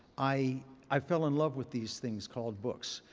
i i fell in love with these things called books.